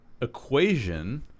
equation